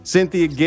Cynthia